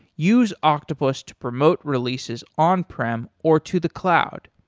use octopus to promote releases on prem or to the cloud.